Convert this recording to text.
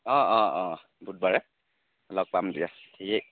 অ অ অ বুধবাৰে লগ পাম দিয়া